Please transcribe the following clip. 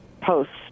posts